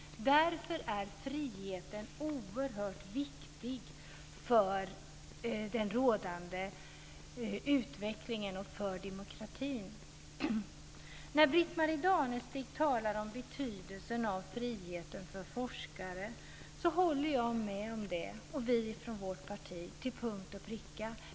Därför är friheten oerhört viktig för den rådande utvecklingen och för demokratin. När Britt-Marie Danestig talar om betydelsen av frihet för forskare håller jag och vi från vårt parti med om det till punkt och pricka.